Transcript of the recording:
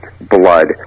blood